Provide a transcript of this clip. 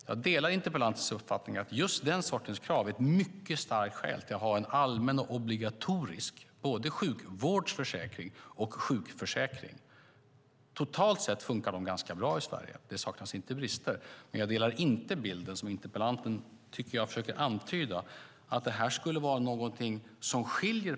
Jag delar interpellantens uppfattning att den sortens krav är ett mycket starkt skäl till att ha allmän och obligatorisk sjukvårdsförsäkring och sjukförsäkring. Totalt sett funkar detta ganska bra i Sverige. Det saknas inte brister, men jag har inte bilden att detta skulle vara någonting som skiljer partierna åt, vilket jag tycker att interpellanten försöker antyda.